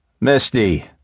Misty